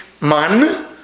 man